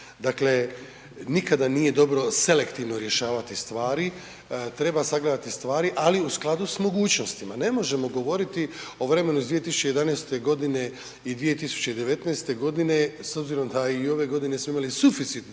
Dakle, nikada nije dobro selektivno rješavati stvari, treba sagledati stvari, ali u skladu s mogućnostima. Ne možemo govoriti o vremenu iz 2011. godine i 2019. godine s obzirom da i ove godine smo imali suficit